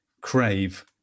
crave